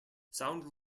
sound